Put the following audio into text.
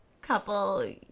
couple